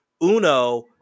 Uno